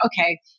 okay